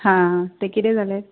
हां तें किदें जालें